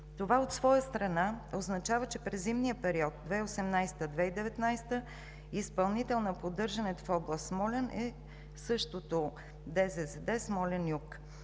Това от своя страна означава, че през зимния период 2018 – 2019 г. изпълнител на поддържането в област Смолян е същото ДЗЗД „Смолян-юг“.